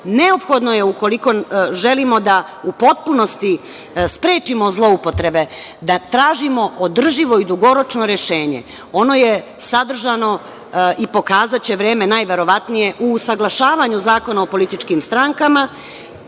neophodno je ukoliko želimo u potpunosti da sprečimo zloupotrebe, da tražimo održivo i dugoročno rešenje, ono je sadržano i pokazaće vreme u usaglašavanju Zakona o političkim strankama